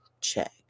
check